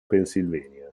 pennsylvania